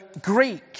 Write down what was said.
Greek